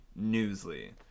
Newsly